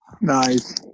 Nice